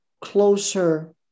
closer